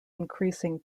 increasing